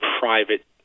private